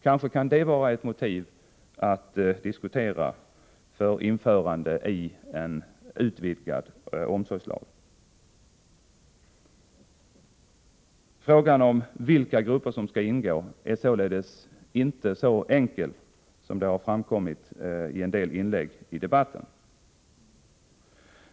Kanske kan detta vara ett motiv för en utvidgning av omsorgslagen. Frågan om vilka grupper som skall ingå är således inte så enkel som det har framkommit i en del inlägg i debatten.